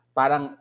parang